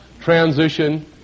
transition